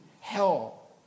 hell